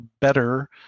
better